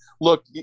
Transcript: Look